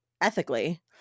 ethically